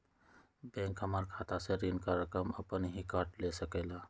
Bank हमार खाता से ऋण का रकम अपन हीं काट ले सकेला?